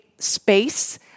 space